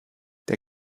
der